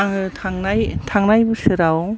आङो थांनाय थांनाय बोसोराव